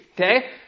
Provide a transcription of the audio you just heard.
okay